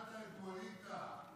הכנעת את ווליד טאהא.